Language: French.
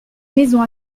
maison